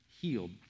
healed